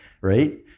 right